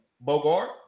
Bogart